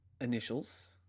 initials